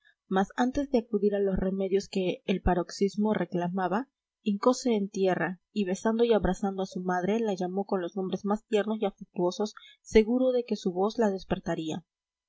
mas antes de acudir a los remedios que el paroxismo reclamaba hincose en tierra y besando y abrazando a su madre la llamó con los nombres más tiernos y afectuosos seguro de que su voz la despertaría